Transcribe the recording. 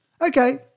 Okay